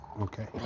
Okay